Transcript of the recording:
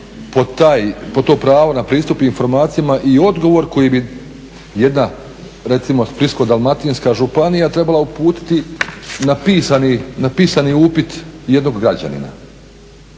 pod to pravo na pristup informacijama i odgovor koji bi jedna, recimo Splitsko-dalmatinska županija trebala uputiti na pisani upit jednog građanina